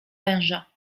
węża